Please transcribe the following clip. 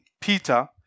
Peter